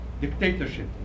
dictatorship